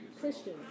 Christian